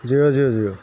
zero zero zero